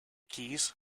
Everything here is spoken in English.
keys